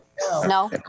No